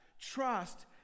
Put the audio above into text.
Trust